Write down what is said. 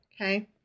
Okay